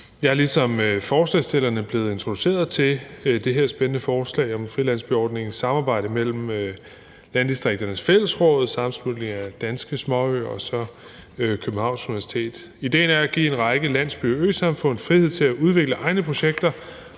Jeg er ligesom forslagsstillerne blevet introduceret til det her spændende forslag om frilandsbyordningen i samarbejde mellem Landdistrikternes Fællesråd, Sammenslutningen af Danske Småøer og Københavns Universitet. Idéen er at give en række landsby- og øsamfund frihed til at udvikle egne projekter